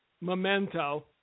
memento